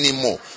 anymore